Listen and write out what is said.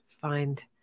find